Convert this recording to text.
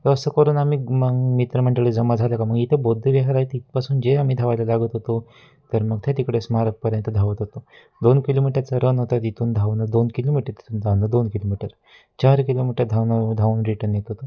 तर असं करून आम्ही मग मित्रमंडळी जमा झालं का मग इथं बौद्धविहार आहे तिथपासून जे आम्ही धवायला लागत होतो तर मग ते तिकडे स्मारकपर्यंत धावत होतो दोन किलोमीटरचा रन होता तिथून धावणं दोन किलोमीटर तिथून धावणं दोन किलोमीटर चार किलोमीटर धावणं धावून रिटर्न येत होतो